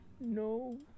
No